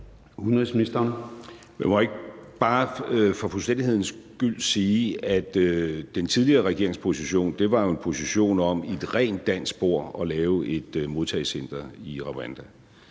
jeg ikke bare for fuldstændighedens skyld sige, at den tidligere regerings position jo var en position om i et rent dansk spor at lave et modtagecenter i Rwanda.